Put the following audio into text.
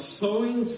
sowing